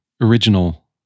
original